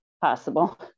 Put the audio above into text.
possible